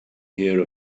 hear